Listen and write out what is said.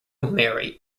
merry